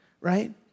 right